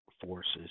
forces